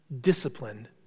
discipline